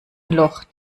loch